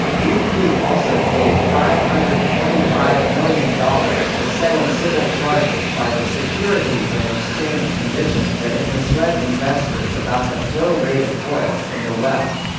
bp also paid five hundred and twenty five million dollars to settle civil charges by the securities and exchange commission that it misled investors about the flow rate of oil from the well.